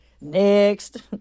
Next